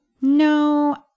no